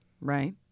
right